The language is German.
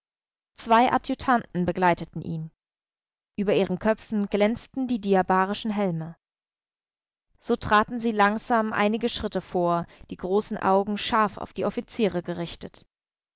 zwei adjutanten begleiteten ihn über ihren köpfen glänzten die diabarischen helme so traten sie langsam einige schritte vor die großen augen scharf auf die offiziere gerichtet